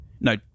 no